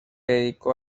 dedicó